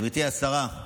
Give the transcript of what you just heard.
גברתי השרה,